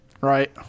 Right